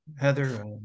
Heather